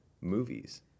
movies